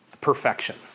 Perfection